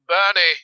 Bernie